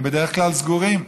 הם בדרך כלל סגורים,